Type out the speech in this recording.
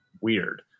weird